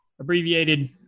abbreviated